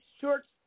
shorts